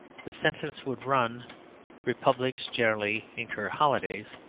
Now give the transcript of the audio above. the sentence would run republics generally encourage holidays.